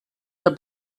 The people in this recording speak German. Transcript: der